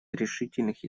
решительных